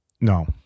No